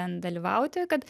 ten dalyvauti kad